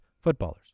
footballers